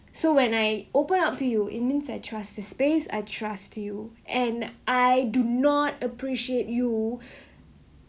so when I open up to you it means I trust to space I trust to you and I do not appreciate you